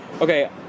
okay